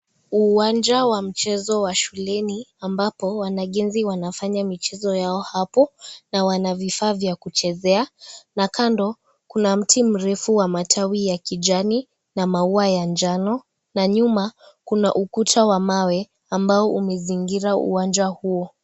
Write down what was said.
Uwanja wa mchezo wa shuleni ambapo wanagenzi wanafanya michezo yao hapo na wana vifaa vya kuchezea na kando kuna mtu mrefu wa matawi ya kijani na maua ya njano na nyuma kuna ukuta wa mawe ambao umezingira uwanja huo.